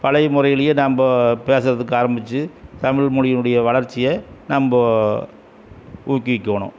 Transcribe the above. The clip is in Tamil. பழைய முறையிலேயே நாம்ப பேசுகிறதுக்கு ஆரம்மிச்சி தமிழ் மொழியினுடைய வளர்ச்சியை நம்ம ஊக்குவிக்கணும்